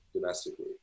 domestically